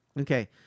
Okay